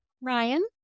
Ryan